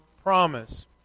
promise